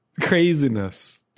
Craziness